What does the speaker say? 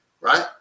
Right